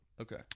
Okay